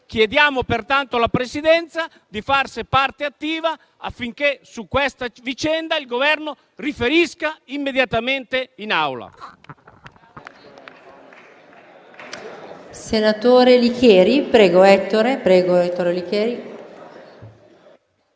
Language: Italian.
Chiediamo, pertanto, alla Presidenza di farsi parte attiva affinché su questa vicenda il Governo riferisca immediatamente in Aula.